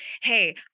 hey